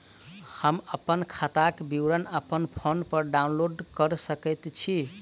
हम अप्पन खाताक विवरण अप्पन फोन पर डाउनलोड कऽ सकैत छी?